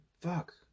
Fuck